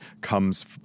comes